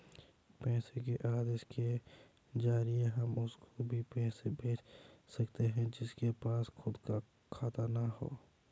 पैसे के आदेश के जरिए हम उसको भी पैसे भेज सकते है जिसके पास खुद का खाता ना हो